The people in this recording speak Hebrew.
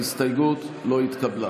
ההסתייגות לא התקבלה.